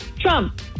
Trump